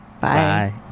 Bye